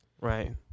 right